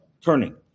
turning